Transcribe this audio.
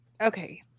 okay